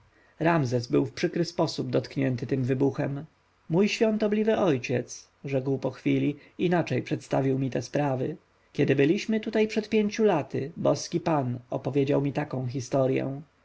odpoczynku ramzes był w przykry sposób dotknięty tym wybuchem mój świątobliwy ojciec rzekł po chwili inaczej przedstawił mi te sprawy kiedy byliśmy tutaj przed pięciu laty boski pan opowiadał mi taką historję